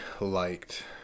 liked